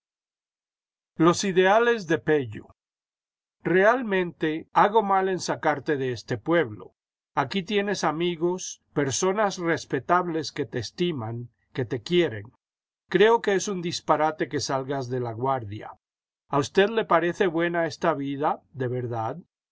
los ideales de pello realmente hago mal en sacarte de este pueblo aquí tienes amigos personas respetables que te estiman que te quieren creo que es un disparate que salgas de laguardia a usted le parece buena esta vida de verdad